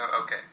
okay